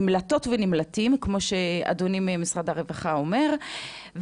נמלטות ונמלטים כמו שאדוני ממשרד הרווחה אומר.